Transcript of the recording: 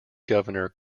governor